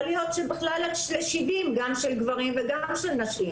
יכול להיות שזה צריך להיות גיל 70 גם לגברים וגם לנשים.